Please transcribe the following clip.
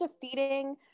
defeating